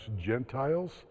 gentiles